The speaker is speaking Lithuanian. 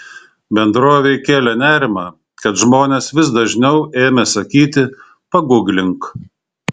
bendrovei kėlė nerimą kad žmonės vis dažniau ėmė sakyti paguglink